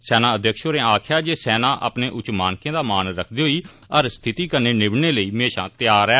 सेनाध्यक्ष होरें आक्खेआ जे सेना अपने उच्च मानकें दा मान रखदे होई हर स्थिति कन्नै निबड़ने लेई म्हेशां तैआर ऐ